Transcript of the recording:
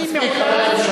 אני מעולם,